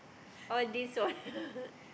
all these wallet